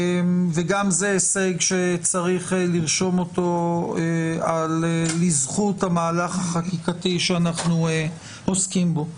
וגם זה הישג שצריך לרשום אותו לזכות המהלך החקיקתי שאנחנו עוסקים בו.